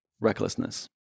Recklessness